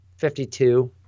52